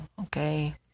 okay